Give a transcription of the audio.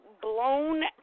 blown